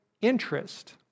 interest